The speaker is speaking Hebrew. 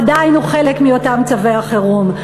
עדיין הוא חלק מאותם צווי החירום?